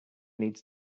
needs